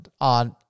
on